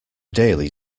daily